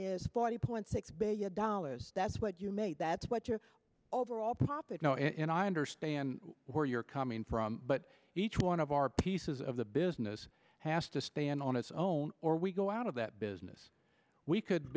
is forty point six billion dollars that's what you made that's what your overall profit now and i understand where you're coming from but each one of our pieces of the business has to stand on its own or we go out of that business we could